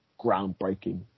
groundbreaking